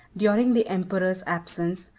during the emperor's absence,